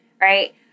right